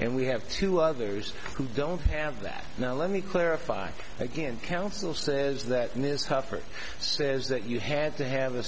and we have two others who don't have that now let me clarify again counsel says that mishap for it says that you had to have a